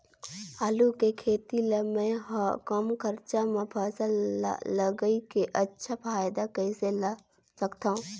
आलू के खेती ला मै ह कम खरचा मा फसल ला लगई के अच्छा फायदा कइसे ला सकथव?